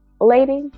Lady